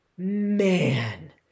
Man